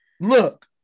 look